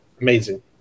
Amazing